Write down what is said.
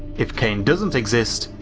if kane doesn't exist,